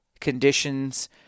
conditions